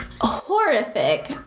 horrific